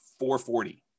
440